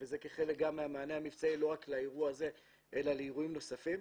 זה גם כחלק מהמענה המבצעי לא רק לאירוע הזה אלא לאירועים נוספים.